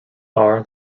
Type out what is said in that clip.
are